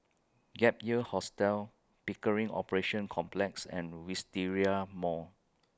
Gap Year Hostel Pickering Operations Complex and Wisteria Mall